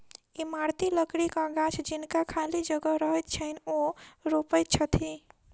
इमारती लकड़ीक गाछ जिनका खाली जगह रहैत छैन, ओ रोपैत छथि